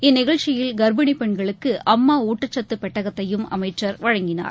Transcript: இந்நிகழ்ச்சியில் கர்ப்பிணிபெண்களுக்குஅம்மாணட்டச்சத்துபெட்டகத்தையும் அமைச்சர் வழங்கினார்